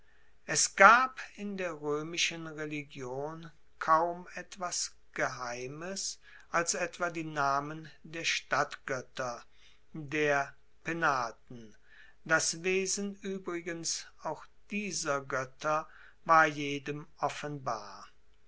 es gab in der roemischen religion kaum etwas geheimes als etwa die namen der stadtgoetter der penaten das wesen uebrigens auch dieser goetter war jedem offenbar